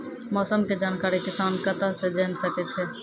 मौसम के जानकारी किसान कता सं जेन सके छै?